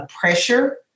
pressure